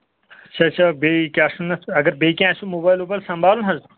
سُہ چھےٚ بیٚیہِ کیاہ چھِ وَنان اَتھ اَگر بیٚیہِ کیٚنٛہہ آسوٕ موبایِل ووٚبایِل سَمبالُن حظ